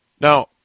Now